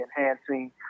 enhancing